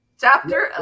Chapter